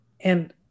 And-